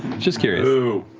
just curious. so